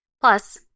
Plus